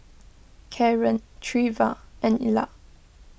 Karen Treva and Illa